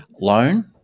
Loan